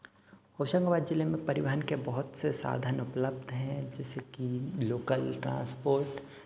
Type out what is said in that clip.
होशंगाबाद जिले में परिवहन के बहुत से साधन उपलब्ध हैं जैसे की लोकल ट्रांसपोर्ट